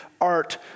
art